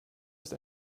ist